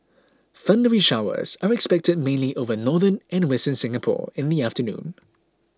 thundery showers are expected mainly over northern and western Singapore in the afternoon